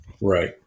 right